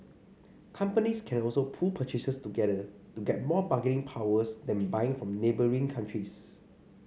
companies can also pool purchases together to get more bargaining powers then buying from neighbouring countries